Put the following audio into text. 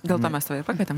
dėl to mes pakvietėm